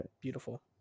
Beautiful